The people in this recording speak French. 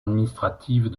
administratives